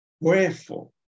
Wherefore